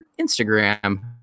Instagram